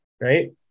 right